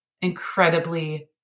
incredibly